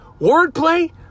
wordplay